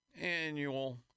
annual